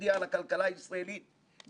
בתור היועצת המשפטית של ועדת הכלכלה.